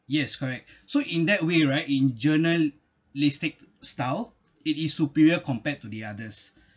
yes correct so in that way right in journalistic style it is superior compared to the others